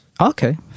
Okay